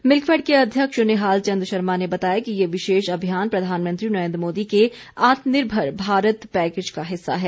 milk fed के अध्यक्ष निहाल चंद शर्मा ने बताया कि ये विशेष अभियान प्रधानमंत्री नरेन्द्र मोदी के आत्मनिर्भर भारत पैकेज का हिस्सा है